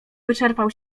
wyczerpał